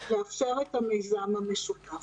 לאפשר את המיזם המשותף.